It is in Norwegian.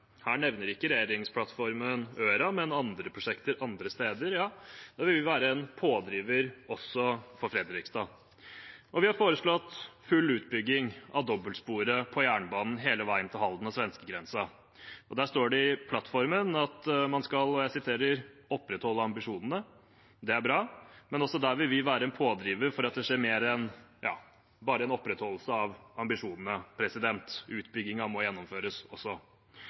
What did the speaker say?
nevner ikke Øra, men andre prosjekter andre steder, og der vil vi være en pådriver også for Fredrikstad. Og vi har foreslått full utbygging av dobbeltsporet på jernbanen hele veien til Halden og svenskegrensa. Der står det i plattformen at man skal «opprettholde ambisjonene». Det er bra, men også der vil vi være en pådriver for at det skjer mer enn bare enn opprettholdelse av ambisjonene. Utbyggingen må gjennomføres også.